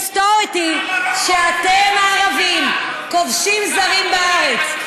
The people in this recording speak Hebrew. האמת ההיסטורית היא שאתם הערבים כובשים זרים בארץ.